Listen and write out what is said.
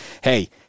hey